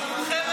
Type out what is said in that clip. אתה רק מאיים.